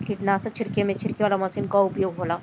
कीटनाशक छिड़के में छिड़के वाला मशीन कअ उपयोग होला